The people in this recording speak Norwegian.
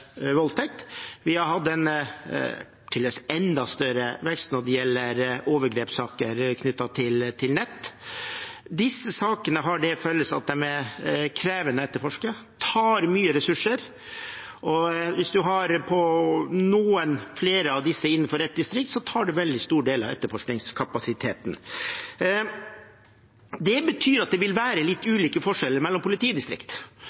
vi har til dels hatt en enda større vekst når det gjelder overgrepssaker knyttet til nett. Disse sakene har det til felles at de er krevende å etterforske og tar mye ressurser. Hvis en har flere av disse innenfor et distrikt, tar de en veldig stor del av etterforskningskapasiteten. Det betyr at det vil være forskjeller mellom politidistrikt.